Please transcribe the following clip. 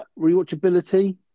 rewatchability